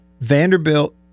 Vanderbilt